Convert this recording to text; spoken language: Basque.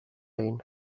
egin